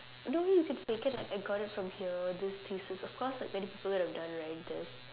no you can just fake it like I got it from here this thesis of course like many people would have done right this